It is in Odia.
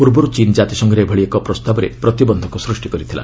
ପୂର୍ବରୁ ଚୀନ୍ ଜାତିସଂଘରେ ଏଭଳି ଏକ ପ୍ରସ୍ତାବରେ ପ୍ରତିବନ୍ଧକ ସ୍ନିଷ୍ଟି କରିଥିଲା